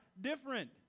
different